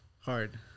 Hard